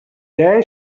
then